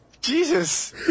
Jesus